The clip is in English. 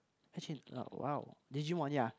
actually uh !wow! Digimon yeah